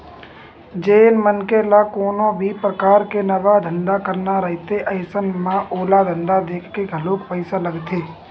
जेन मनखे ल कोनो भी परकार के नवा धंधा करना रहिथे अइसन म ओला धंधा देखके घलोक पइसा लगथे